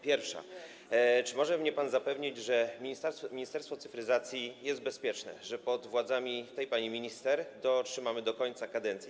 Pierwsze: Czy może mnie pan zapewnić, że Ministerstwo Cyfryzacji jest bezpieczne, że pod władzą tej pani minister dotrzymamy do końca kadencji?